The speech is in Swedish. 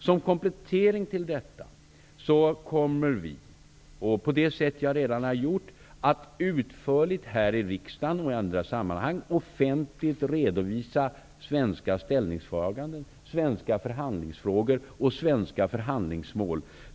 Som en komplettering till detta kommer vi -- på det sätt jag redan har gjort -- att utförligt här i riksdagen och i andra sammanhang offentligt redovisa svenska ställningstaganden, svenska förhandlingsfrågor och svenska förhandlingsmål.